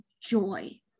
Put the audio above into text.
joy